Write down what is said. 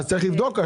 צריך לבדוק.